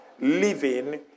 living